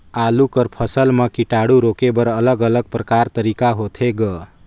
आलू कर फसल म कीटाणु रोके बर अलग अलग प्रकार तरीका होथे ग?